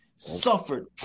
Suffered